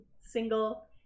single